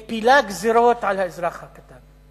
מפילה גזירות על האזרח הקטן.